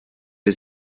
wir